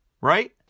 right